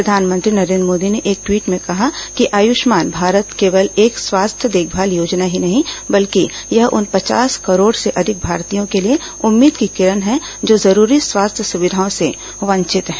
प्रधानमंत्री नरेन्द्र मोदी ने एक ट्वीट में कहा है कि आयुष्मान भारत केवल एक स्वास्थ्य देखभाल योजना ही नहीं है बल्कि यह उन पचास करोड से अधिक भारतीयों के लिए उम्मीद की किरण है जो जरूरी स्वास्थ्य सुविधाओं से वंचित हैं